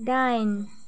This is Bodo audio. दाइन